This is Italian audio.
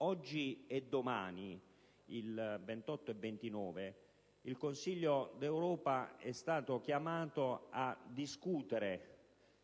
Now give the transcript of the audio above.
Oggi e domani, il 28 e 29 ottobre, il Consiglio europeo è stato chiamato a discutere